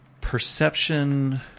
perception